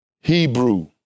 Hebrew